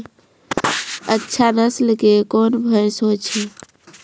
अच्छा नस्ल के कोन भैंस होय छै?